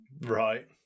Right